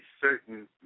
certain